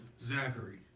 Zachary